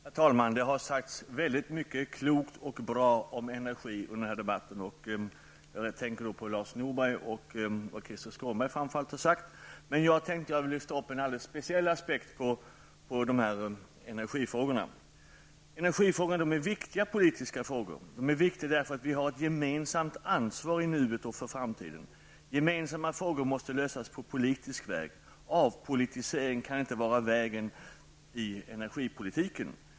Herr talman! Det har sagts väldigt mycket klokt och bra om energi under den här debatten. Jag tänker då framför allt på vad Lars Norberg och Krister Skånberg har sagt. Jag tänkte nu lyfta upp en alldeles speciell aspekt på energifrågorna. Energifrågorna är viktiga politiska frågor. De är viktiga därför att vi har ett gemensamt ansvar i nuet och för framtiden. Gemensamma frågor måste lösas på politisk väg. Avpolitisering kan inte vara vägen i energipolitiken.